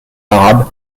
arabes